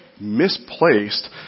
misplaced